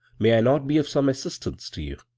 may i not be of some assist ance to you?